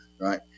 right